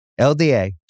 LDA